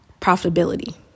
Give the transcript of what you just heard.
profitability